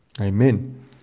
Amen